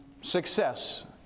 success